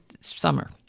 summer